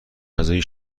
غذایی